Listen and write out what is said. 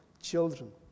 children